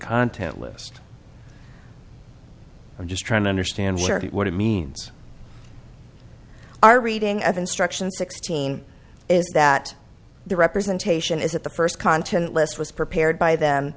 content list i'm just trying to understand what it means our reading of instruction sixteen is that the representation is that the first content list was prepared by them